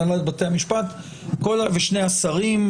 הנהלת בתי המשפט ושני השרים,